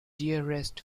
dearest